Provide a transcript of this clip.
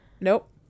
Nope